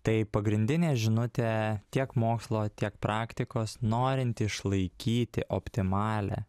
tai pagrindinė žinutė tiek mokslo tiek praktikos norint išlaikyti optimalią